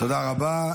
תודה רבה.